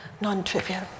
non-trivial